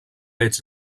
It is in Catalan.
ets